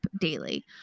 daily